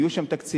יהיו שם תקציבים,